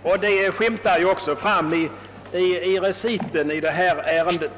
— något som också framskymtar i utskottets skrivning.